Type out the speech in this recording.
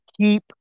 keep